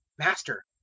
master,